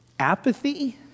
Apathy